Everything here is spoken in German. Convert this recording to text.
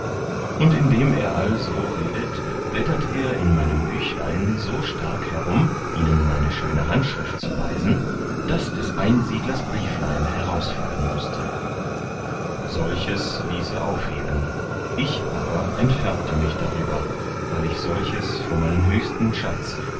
und indem als er so redet blättert er in meinem büchlein so stark herum ihnen meine schöne handschrift zu weisen daß des einsiedlers brieflein herausfallen mußte solches ließ er aufheben ich aber entfärbte mich darüber weil ich solches vor meinen höchsten schatz